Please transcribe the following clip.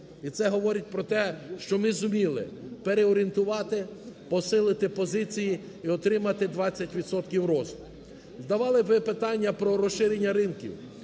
І це говорить про те, що ми зуміли переорієнтувати, посилити позиції і отримати 20 відсотків росту. Давали ви питання про розширення ринків.